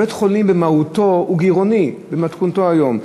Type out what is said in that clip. בית-החולים במהותו הוא גירעוני, במתכונתו היום.